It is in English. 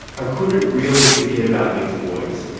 i couldn't really forget about these boys.